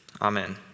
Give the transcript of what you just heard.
Amen